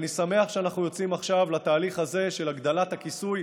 ואני שמח שאנחנו יוצאים עכשיו לתהליך הזה של הגדלת הכיסוי,